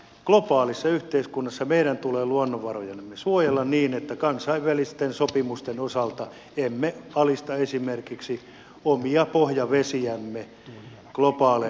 globaalissa yhteiskunnassa meidän tulee luonnonvarojamme suojella niin että kansainvälisten sopimusten osalta emme alista esimerkiksi omia pohjavesiämme globaaleille markkinoille